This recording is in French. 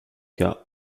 cas